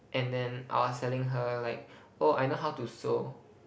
and then I was telling her like oh I know how to sew